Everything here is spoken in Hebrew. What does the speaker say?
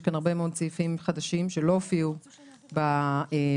יש כאן הרבה מאוד סעיפים חדשים שלא הופיעו בנוסח.